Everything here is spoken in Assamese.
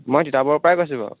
মই তিতাবৰৰ পৰাই কৈছোঁ